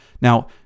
Now